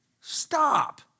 Stop